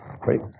Great